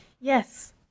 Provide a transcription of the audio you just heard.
Yes